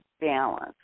balance